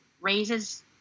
raises